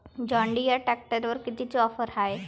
John Deere ट्रॅक्टरवर कितीची offer हाये?